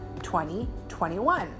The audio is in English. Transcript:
2021